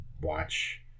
watch